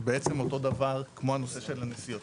זה בעצם אותו דבר כמו הנושא של הנסיעות.